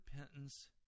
repentance